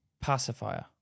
pacifier